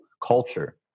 culture